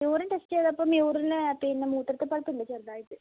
urine test ചെയ്തപ്പം യൂറിന് പിന്നെ മൂത്രത്തിൽ പഴുപ്പ് ഉണ്ട് ചെറുത് ആയിട്ട്